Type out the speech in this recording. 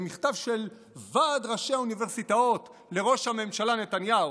במכתב של ועד ראשי האוניברסיטאות לראש הממשלה נתניהו: